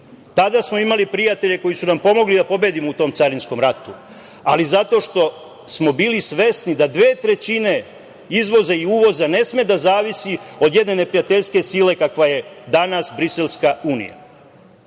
Tada smo imali prijatelje koji su nam pomogli da pobedimo u tom carinskom ratu, ali zato što smo bili svesni da dve trećine izvoza i uvoza ne sme da zavisi od jedne neprijateljske sile kakva je danas Briselska unija. Mene